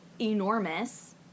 enormous